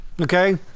Okay